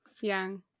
young